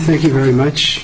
thank you very much